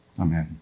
Amen